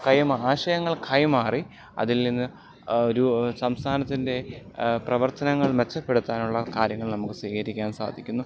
കൈമാറി ആശയങ്ങൾ കൈമാറി അതിൽ നിന്ന് ഒരു സംസ്ഥാനത്തിൻ്റെ പ്രവർത്തനങ്ങൾ മെച്ചപ്പെടുത്താനുള്ള കാര്യങ്ങൾ നമുക്ക് സ്വീകരിക്കാൻ സാധിക്കുന്നു